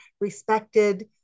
respected